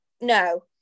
no